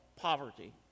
poverty